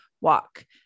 walk